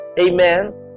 Amen